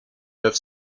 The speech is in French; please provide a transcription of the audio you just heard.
neuf